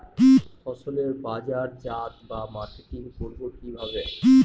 ফসলের বাজারজাত বা মার্কেটিং করব কিভাবে?